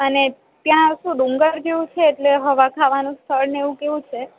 અને ત્યાં ડુંગર જેવું છે એટલે હવાખાવાનું સ્થળને એવું કેવું છે